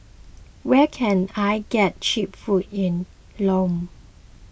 where can I get Cheap Food in Lome